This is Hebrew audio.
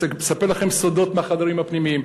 מספר לכם סודות מהחדרים הפנימיים,